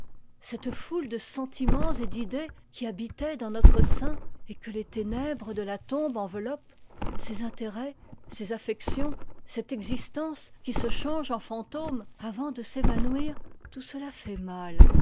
cette foule de sentiments et d'idées qui habitaient dans notre sein et que les ténèbres de la tombe envelopperit ces intérêts ces affections cette existence qui se change en fantôme avant de s'évanouir tout cela fait mal